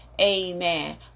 Amen